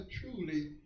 truly